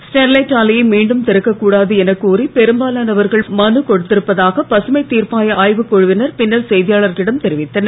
Sterlite ஆலையை மீண்டும் திறக்கக்கூடாது என கோரி பெரும்பாலானவர்கள் மனு கொடுத்திருப்பதாக பசுமைத்தீர்ப்பாய ஆய்வுக்குழுவினர் பின்னர் செய்தியாளர்களிடம் தெரிவித்தனர்